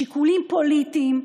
שיקולים פוליטיים,